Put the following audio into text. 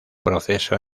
proceso